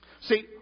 See